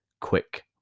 quick